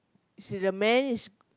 see the man is